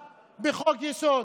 בחוק-יסוד,